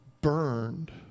burned